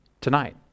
tonight